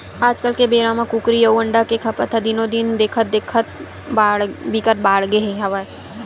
आजकाल के बेरा म कुकरी अउ अंडा के खपत ह दिनो दिन देखथे देखत बिकट बाड़गे हवय